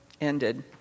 ended